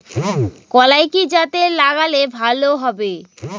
কলাই কি জাতে লাগালে ভালো হবে?